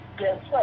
Yes